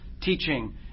teaching